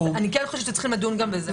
אני כן חושבת שצריכים לדון גם בזה.